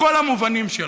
בכל המובנים שלה.